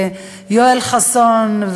ויואל חסון,